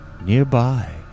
Nearby